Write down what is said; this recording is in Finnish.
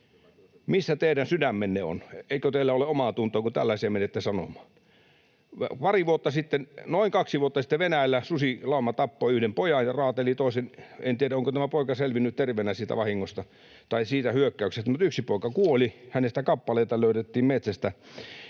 Missä teidän sydämenne on? Eikö teillä ole omaatuntoa, kun tällaisia menette sanomaan? Pari vuotta sitten, noin kaksi vuotta sitten, Venäjällä susilauma tappoi yhden pojan ja raateli toisen. En tiedä, onko tämä poika selvinnyt terveenä siitä hyökkäyksestä, mutta yksi poika kuoli, hänestä kappaleita löydettiin metsästä.